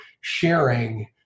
sharing